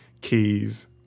keys